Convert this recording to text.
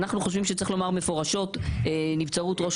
אנחנו חושבים שצריך לומר מפורשות נבצרות ראש